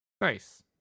Nice